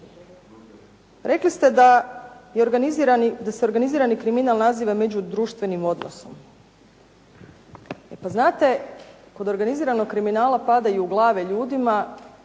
Rekli ste da se organizirani kriminal naziva međudruštvenim odnosom. E pa znate, kod organiziranog kriminala padaju glave ljudima,